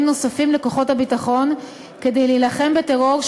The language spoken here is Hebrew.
נוספים לכוחות הביטחון להילחם בטרור,